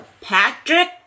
Patrick